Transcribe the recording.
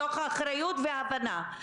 מתוך אחריות והבנה.